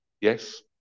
Yes